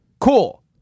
cool